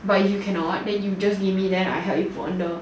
but if you cannot then you just give me then I help you post on the